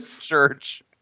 church